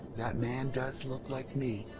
that man does look like me.